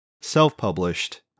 self-published